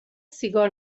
سیگار